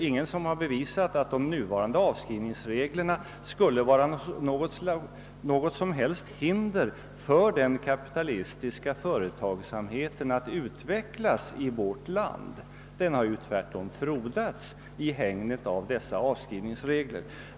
Ingen har bevisat att nuvarande avskrivningsregler skulle utgöra något som helst hinder för den kapitalistiska företagsamheten i vårt land att utvecklas. Den har tvärtom frodats i hägnet av dessa avskrivningsregler.